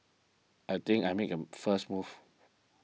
I think I'll make a first move